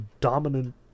dominant